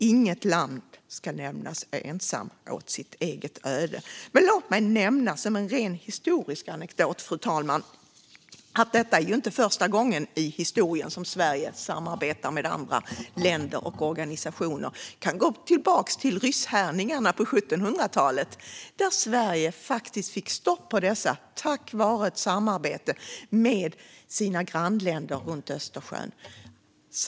Inget land ska lämnas ensamt åt sitt eget öde. Fru talman! Låt mig, som en historisk anekdot, nämna att detta inte är första gången som Sverige samarbetar med andra länder och organisationer. Vi kan gå tillbaka till rysshärjningarna på 1700-talet. Sverige fick faktiskt stopp på dessa tack vare ett samarbete med grannländerna runt Östersjön.